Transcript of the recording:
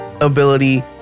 ability